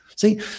See